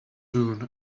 soon